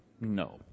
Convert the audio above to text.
No